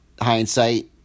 hindsight